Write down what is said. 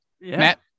Matt